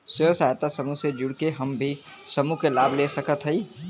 स्वयं सहायता समूह से जुड़ के हम भी समूह क लाभ ले सकत हई?